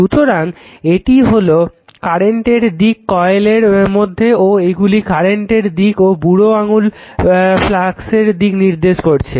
সুতরাং এটা হলো কারেন্টের দিক কয়েলের মধ্যে ও এইগুলি কারেন্টের দিক ও বুড়ো আঙ্গুল ফ্লাক্সের দিক নির্দেশ করছে